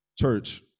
Church